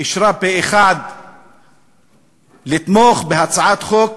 אישרה פה-אחד תמיכה בהצעת חוק